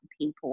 people